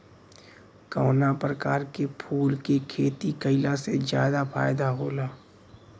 कवना प्रकार के फूल के खेती कइला से ज्यादा फायदा होला?